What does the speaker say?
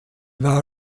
war